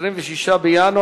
אין מתנגדים, אין